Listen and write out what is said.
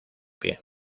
pie